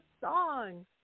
song